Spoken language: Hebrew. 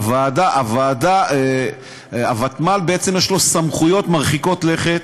לוועדה, לוותמ"ל, בעצם יש סמכויות מרחיקות לכת,